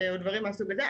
או דברים מן הסוג הזה.